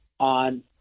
on